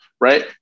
right